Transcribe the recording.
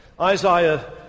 Isaiah